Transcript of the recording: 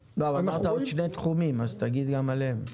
אמרת עוד שני תחומים, אז תגיד גם עליהם.